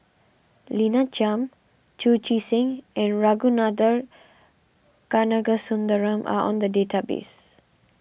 Lina Chiam Chu Chee Seng and Ragunathar Kanagasuntheram are on the database